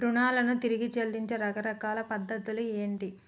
రుణాలను తిరిగి చెల్లించే రకరకాల పద్ధతులు ఏంటి?